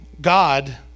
God